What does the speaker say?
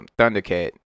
Thundercat